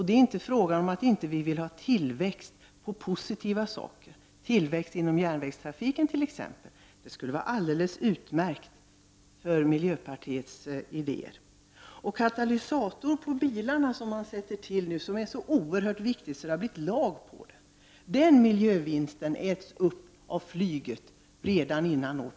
Det är inte fråga om att vi inte vill ha tillväxt när det gäller sådant som är positivt. Tillväxt inom t.ex. järnvägstrafiken skulle stämma alldeles utmärkt överens med miljöpartiets idéer. Den miljövinst som inmonterande av katalysator på bilarna innebär — något som är så oerhört viktigt att det upphöjts till lag — äts upp av flyget före år 2000.